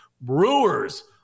Brewers